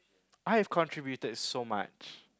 I have contributed so much